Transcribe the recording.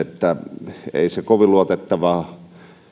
että ei kovin luotettava